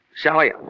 Sally